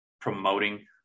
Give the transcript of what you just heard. promoting